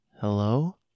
hello